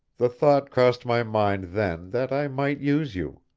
the thought crossed my mind then that i might use you.